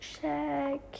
check